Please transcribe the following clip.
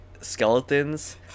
skeletons